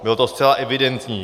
Bylo to zcela evidentní.